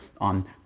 on